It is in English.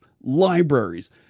libraries